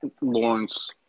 Lawrence